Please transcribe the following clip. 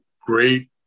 great